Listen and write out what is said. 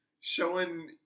showing